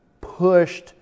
pushed